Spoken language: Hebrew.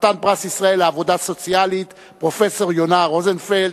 חתן פרס ישראל לעבודה סוציאלית פרופסור יונה רוזנפלד,